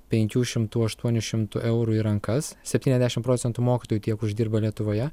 penkių šimtų aštuonių šimtų eurų į rankas septyniasdešimt procentų mokytojų tiek uždirba lietuvoje